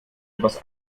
etwas